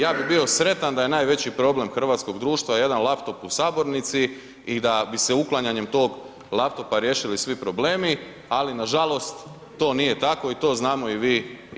Ja bih bio sretan da je najveći problem hrvatskog društva jedan laptop u sabornici i da bi se uklanjanjem tog laptopa riješili svi problemi ali nažalost to nije tako i to znamo i vi i ja.